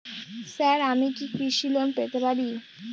Sir আমি কি কৃষি লোন পেতে পারি?